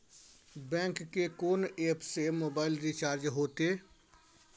Bank के कोन app से मोबाइल रिचार्ज हेते?